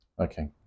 Okay